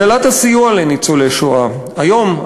הגדלת הסיוע לניצולי השואה היום,